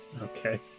Okay